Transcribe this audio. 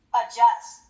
adjust